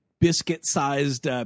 biscuit-sized